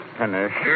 finish